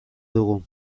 dugu